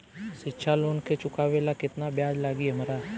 शिक्षा लोन के चुकावेला केतना ब्याज लागि हमरा?